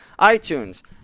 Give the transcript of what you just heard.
iTunes